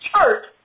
church